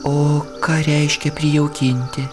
o ką reiškia prijaukinti